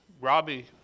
Robbie